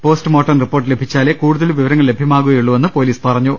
post mortem report ലഭിച്ചാലെ കൂടുതൽ വിവരങ്ങൾ ലഭ്യമാകു കയുളളൂവെന്നും പോലീസ് പറഞ്ഞു